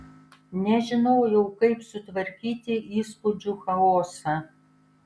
nežinojau kaip sutvarkyti įspūdžių chaosą